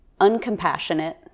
uncompassionate